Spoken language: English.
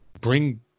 bring